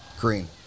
Green